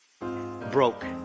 broke